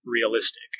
realistic